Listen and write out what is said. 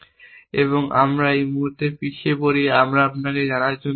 এবং আমরা এই মুহুর্তে পিছিয়ে পড়ি আমরা আপনাকে জানার জন্য আর যাই না